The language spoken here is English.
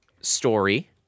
story